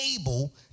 able